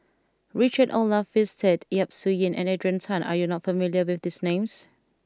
Richard Olaf Winstedt Yap Su Yin and Adrian Tan are you not familiar with these names